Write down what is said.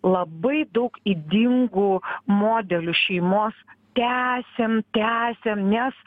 labai daug ydingų modelių šeimos tęsiam tęsiam nes